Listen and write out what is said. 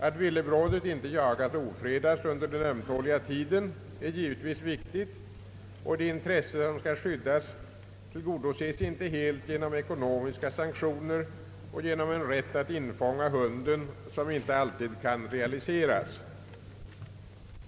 Att villebrådet inte jagas och ofredas under den ömtåliga tiden är givetvis viktigt, och det intresse som skall skyddas tillgodoses inte helt genom ekonomiska sanktioner och genom en rätt att infånga hunden, en rätt som inte alltid kan realiseras.